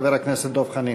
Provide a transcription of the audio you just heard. חבר הכנסת דב חנין.